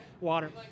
water